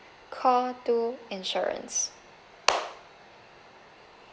call two insurance